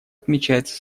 отмечается